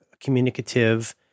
communicative